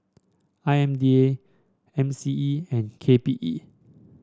I M D A M C E and K P E